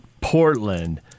Portland